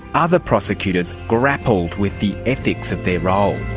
other prosecutors grappled with the ethics of their role.